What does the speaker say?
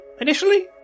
initially